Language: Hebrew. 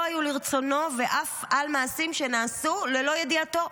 היו לרצונו ואף על מעשים שנעשו ללא ידיעתו.